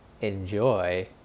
Enjoy